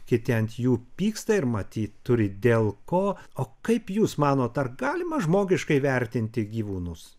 kiti ant jų pyksta ir matyt turi dėl ko o kaip jūs manot ar galima žmogiškai vertinti gyvūnus